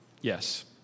Yes